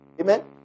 Amen